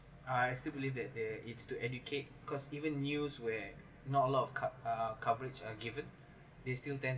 I still believe that there is to educate cause even news we're not a lot of cov~ uh coverage are given they still tend